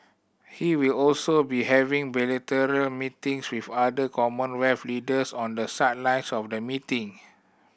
he will also be having bilateral meetings with other Commonwealth leaders on the sidelines of the meeting